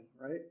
right